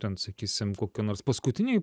ten sakysim kokie nors paskutiniai